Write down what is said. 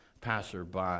passerby